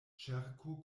ĉerko